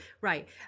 Right